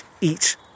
eat